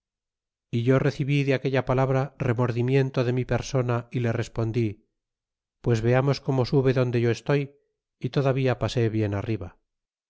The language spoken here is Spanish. é yo recibí de aquella palabra remordimiento de mi persona y le respondí pues veamos como sube donde yo estoy y todavía pasé bien arriba